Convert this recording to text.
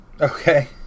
Okay